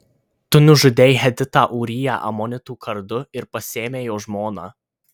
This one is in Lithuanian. tu nužudei hetitą ūriją amonitų kardu ir pasiėmei jo žmoną